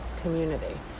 community